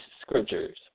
scriptures